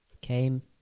came